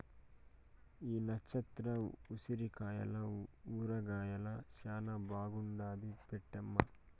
ఈ నచ్చత్ర ఉసిరికాయల ఊరగాయ శానా బాగుంటాది పెట్టమ్మీ